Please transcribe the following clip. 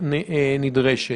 אדם עם שני ראשים שאתה לא מציינת